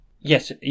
yes